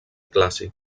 clàssic